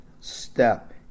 step